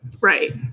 Right